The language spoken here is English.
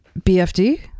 BFD